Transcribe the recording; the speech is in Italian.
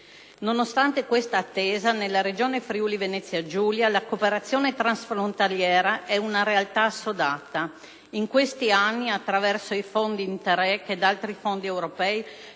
Nonostante quest'attesa, nella Regione Friuli-Venezia Giulia la cooperazione transfrontaliera è una realtà assodata. In questi anni, attraverso i fondi Interreg ed altri fondi europei,